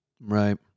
Right